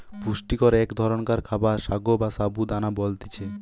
পুষ্টিকর এক ধরণকার খাবার সাগো বা সাবু দানা বলতিছে